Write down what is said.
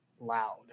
loud